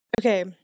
Okay